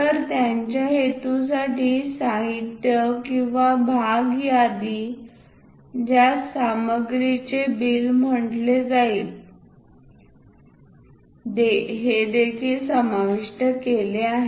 तर त्यांच्या हेतूसाठी साहित्य किंवा भाग यादी ज्यास सामग्रीचे बिल म्हटले जाते देखील समाविष्ट केले आहे